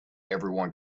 everyone